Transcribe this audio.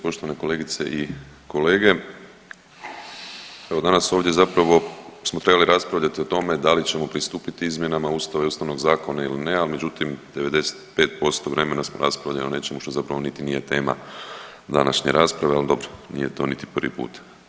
Poštovane kolegice i kolege, evo danas ovdje zapravo smo trebali raspravljati o tome da li ćemo pristupiti izmjenama Ustava i Ustavnog zakona ili ne, ali međutim 95% vremena smo raspravljali o nečemu što zapravo niti nije tema današnje rasprave, ali dobro, nije to niti prvi put.